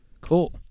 Cool